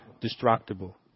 destructible